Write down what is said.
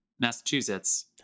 Massachusetts